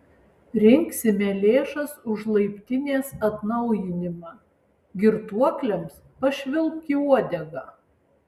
rinksime lėšas už laiptinės atnaujinimą girtuokliams pašvilpk į uodegą